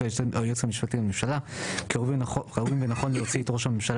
היועץ המשפטי לממשלה כי ראוי ונכון להוציא את ראש הממשלה